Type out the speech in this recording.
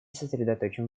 сосредоточим